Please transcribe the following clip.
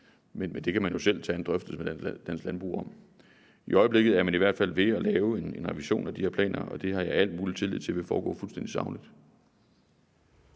Men det kan man jo selv tage en drøftelse med Landbrug & Fødevarer om. I øjeblikket er man i hvert fald ved at lave en revision af de her planer, og det har jeg al mulig tillid til vil foregå fuldstændig sagligt.